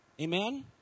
Amen